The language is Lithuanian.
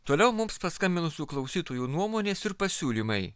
toliau mums paskambinusių klausytojų nuomonės ir pasiūlymai